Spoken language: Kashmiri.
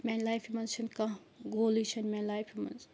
میانہِ لایفہِ منٛز چھُنہٕ کانٛہہ گولٕے چھُنہٕ میانہِ لایفہِ منٛز